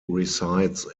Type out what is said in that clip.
resides